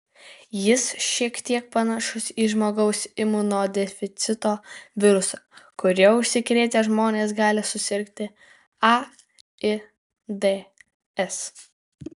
jis šiek tiek panašus į žmogaus imunodeficito virusą kuriuo užsikrėtę žmonės gali susirgti aids